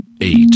eight